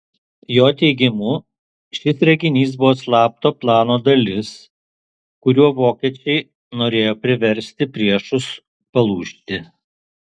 jo teigimu šis reginys buvo slapto plano dalis kuriuo vokiečiai norėjo priversti priešus palūžti